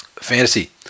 Fantasy